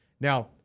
Now